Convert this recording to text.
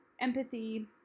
empathy